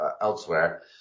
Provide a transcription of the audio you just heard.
elsewhere